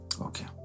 Okay